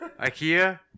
Ikea